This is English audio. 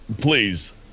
Please